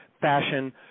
fashion